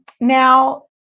Now